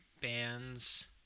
bands